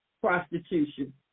prostitution